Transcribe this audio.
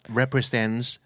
represents